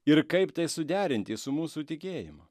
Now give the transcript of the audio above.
ir kaip tai suderinti su mūsų tikėjimu